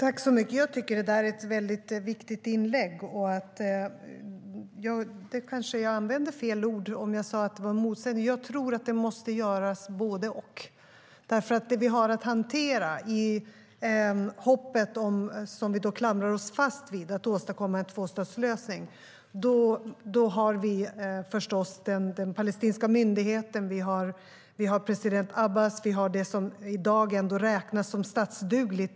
Herr talman! Det är ett viktigt inlägg. Jag kanske använde fel ord om jag sade att det var en motsättning. Jag tror att vi måste göra båda. När det gäller att hantera hoppet om att åstadkomma en tvåstatslösning som vi klamrar oss fast vid har vi nämligen den palestinska myndigheten, president Abbas och det som i dag ändå räknas som statsdugligt.